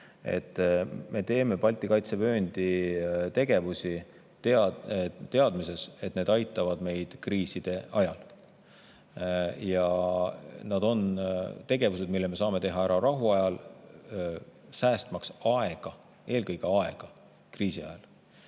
Me teeme Balti kaitsevööndi tegevusi teadmises, et need aitavad meid kriiside ajal. Need on tegevused, mille me saame teha ära rahuajal, säästmaks aega – eelkõige aega – kriisi ajal.